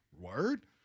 Word